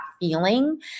feeling